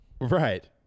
Right